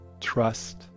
trust